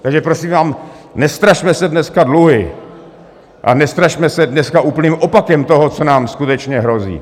Takže prosím vás, nestrašme se dneska dluhy a nestrašme se dneska úplným opakem toho, co nám skutečně hrozí.